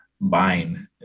buying